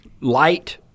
light